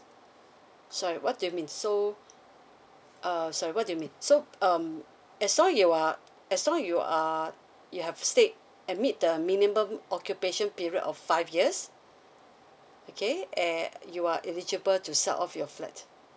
sorry what do you mean so uh sorry what do you mean so um as long you are as long you are you have stayed and meet the minimum occupation period of five years okay el~ you are eligible to sell off your flat